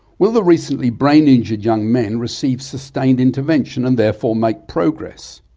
will the recently brain injured young men receive sustained intervention and therefore make progress?